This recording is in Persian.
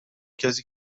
کسی